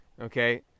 Okay